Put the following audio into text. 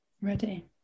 Ready